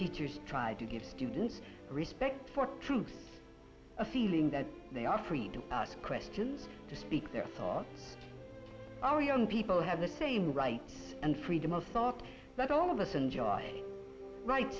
teachers tried to give students respect for truth a feeling that they are free to question to speak their thought our young people have the same right and freedom of thought that all of us enjoy right